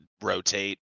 rotate